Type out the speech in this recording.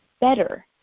better